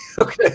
Okay